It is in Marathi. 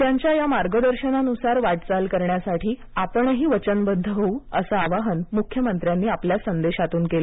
त्यांच्या या मार्गदर्शनानुसार वाटचाल करण्यासाठी आपणही वचनबद्ध होऊ असं आवाहन मुख्यमंत्र्यांनी आपल्या संदेशातून केलं